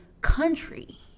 country